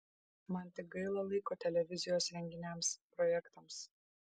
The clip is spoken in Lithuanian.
man tik gaila laiko televizijos renginiams projektams